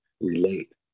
relate